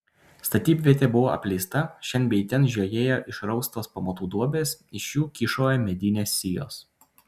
statybvietė buvo apleista šen bei ten žiojėjo išraustos pamatų duobės iš jų kyšojo medinės sijos